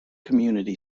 community